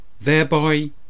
thereby